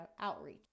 outreach